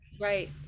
Right